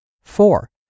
Four